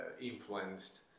influenced